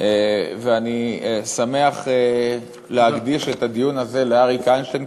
ואני שמח להקדיש את הדיון הזה לאריק איינשטיין,